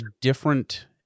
different